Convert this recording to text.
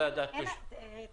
אני